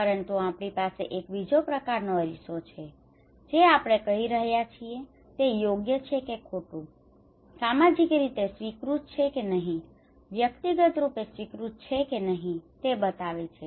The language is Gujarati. પરંતુ આપણી પાસે એક બીજો પ્રકારનો અરીસો છે જે આપણે જે કરી રહ્યા છીએ તે યોગ્ય છે કે ખોટું સામાજિક રીતે સ્વીકૃત છે કે નહીં વ્યક્તિગત રૂપે સ્વીકૃત છે કે નહીં તે બતાવે છે